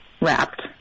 wrapped